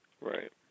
Right